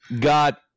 got